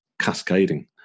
cascading